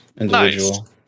individual